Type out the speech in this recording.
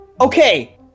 okay